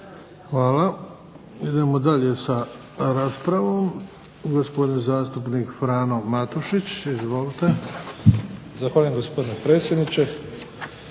Hvala. Idemo dalje sa raspravom. Gospodin zastupnik Frano Matušić, izvolite. **Matušić, Frano